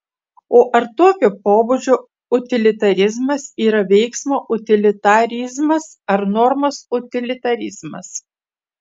o ar tokio pobūdžio utilitarizmas yra veiksmo utilitarizmas ar normos utilitarizmas